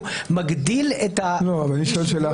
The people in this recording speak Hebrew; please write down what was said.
הוא מגדיל --- אני שואל שאלה אחרת.